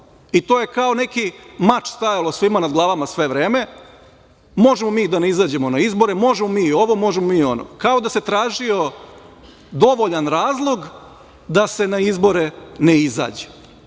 I, to je kao neki mač nad glavama svima stajalo sve vreme. Možemo mi da ne izađemo na izbore, možemo mi ovo, možemo mi ono, kao da se tražio dovoljan razlog da se na izbore ne izađe.